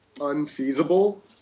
Unfeasible